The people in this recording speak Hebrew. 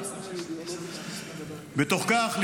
בתוך כך,